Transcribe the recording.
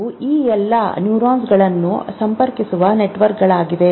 ಅವು ಈ ಎಲ್ಲಾ ನ್ಯೂರಾನ್ಗಳನ್ನು ಸಂಪರ್ಕಿಸುವ ನೆಟ್ವರ್ಕ್ಗಳಾಗಿವೆ